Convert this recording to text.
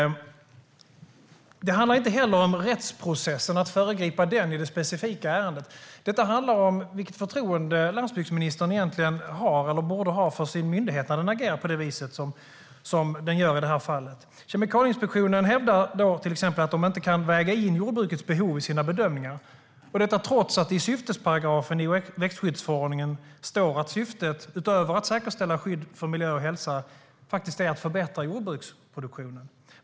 Det handlar inte heller om rättsprocessen och att föregripa den i det specifika ärendet. Detta handlar om vilket förtroende landsbygdsministern egentligen har, eller borde ha, för sin myndighet när den agerar på det viset som den gör i det här fallet. Kemikalieinspektionen hävdar till exempel att de inte kan väga in jordbrukets behov i sina bedömningar, detta trots att det i syftesparagrafen i växtskyddsförordningen står att syftet, utöver att säkerställa skydd för miljö och hälsa, faktiskt är att förbättra jordbruksproduktionen.